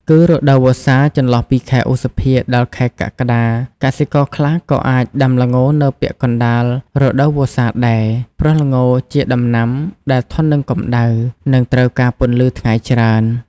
គឺរដូវវស្សា ចន្លោះពីខែឧសភា ដល់ខែកក្កដា កសិករខ្លះក៏អាចដាំល្ងនៅពាក់កណ្ដាលរដូវវស្សាដែរ ព្រោះល្ងជាដំណាំដែលធន់នឹងកម្ដៅ និងត្រូវការពន្លឺថ្ងៃច្រើន។